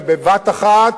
ובבת אחת,